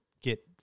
get